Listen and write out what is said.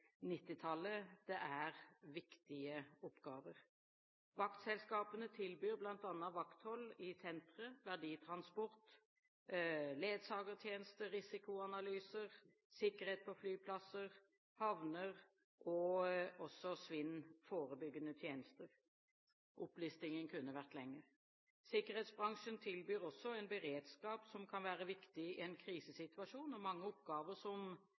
Det er viktige oppgaver. Vaktselskapene tilbyr bl.a. vakthold i sentre, verditransport, ledsagertjeneste, risikoanalyser, sikkerhet på flyplasser, havner og også svinnforebyggende tjenester. Opplistingen kunne vært lengre. Sikkerhetsbransjen tilbyr også en beredskap som kan være viktig i en krisesituasjon, og mange oppgaver som